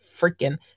freaking